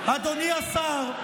אדוני השר,